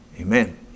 Amen